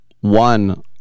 one